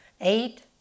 eight